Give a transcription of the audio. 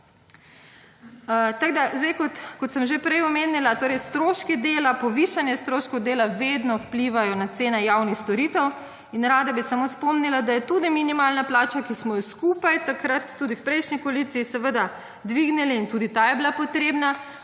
da zdaj kot sem že prej omenila, torej stroški dela, povišanje stroškov dela vedno vplivajo na cene javnih storitev in rada bi samo spomnila, da je tudi minimalna plača, ki smo jo skupaj takrat tudi v prejšnji koaliciji seveda dvignili in tudi ta je bila potrebna,